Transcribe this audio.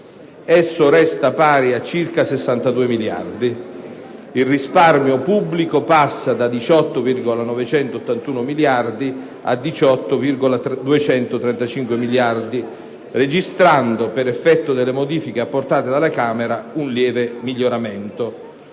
Esso resta pari a circa 62 miliardi di euro. Il risparmio pubblico passa da 18,981 miliardi a 18,235 miliardi, facendo registrare, per effetto delle modifiche apportate dalla Camera, un lieve miglioramento.